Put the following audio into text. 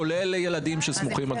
כולל ילדים שסמוכים.